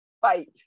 fight